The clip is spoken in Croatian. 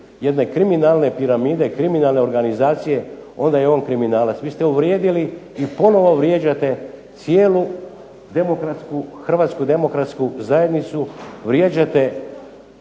jedne kriminalne piramide i kriminalne organizacije onda je on kriminalac. Vi ste uvrijedili i ponovno vrijeđate cijelu Hrvatsku demokratsku zajednicu, vrijeđate